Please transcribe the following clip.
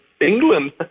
England